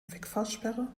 wegfahrsperre